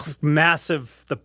massive –